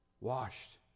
washed